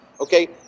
okay